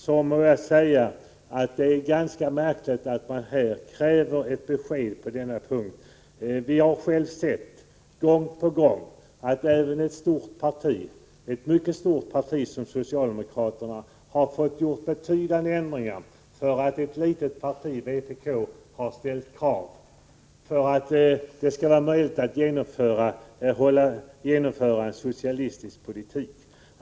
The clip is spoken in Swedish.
Jag måste säga att det är ganska märkligt att man här kräver besked på den punkten. Vi har själva gång på gång sett att även ett mycket stort parti som socialdemokraterna har fått göra betydande ändringar i sina förslag på grund av att ett litet parti, vpk, har ställt krav som måste uppfyllas för att det skulle bli möjligt att genomföra en socialistisk politik.